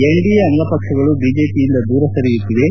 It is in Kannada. ಎನ್ನಿಎ ಅಂಗಪಕ್ಷಗಳು ಬಿಜೆಪಿಯಿಂದ ದೂರ ಉಳಿಯುತ್ತಿವೆ